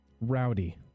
rowdy